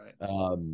Right